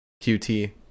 QT